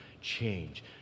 change